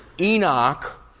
Enoch